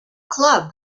club